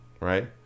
right